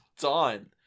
done